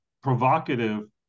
provocative